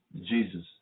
Jesus